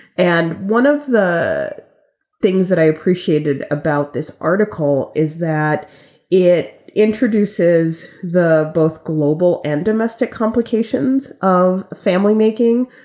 and one of the things that i appreciated about this article is that it introduces the both global and domestic complications of family making.